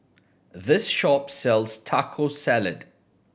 this shop sells Taco Salad